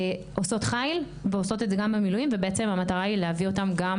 שעושות חיל ובעצם המטרה היא להביא אותן וגם